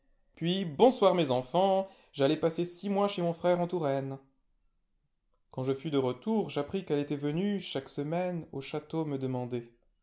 puis bonsoir mes enfants j'allai passer six mois chez mon frère en touraine quand je fus de retour j'appris qu'elle était venue chaque semaine au château me demander